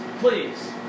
please